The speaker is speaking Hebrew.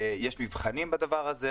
יש מבחנים בדבר הזה.